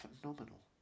Phenomenal